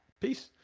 Peace